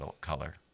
color